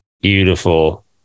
beautiful